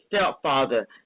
stepfather